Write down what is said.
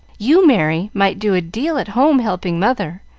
you, merry, might do a deal at home helping mother,